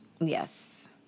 Yes